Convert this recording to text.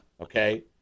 Okay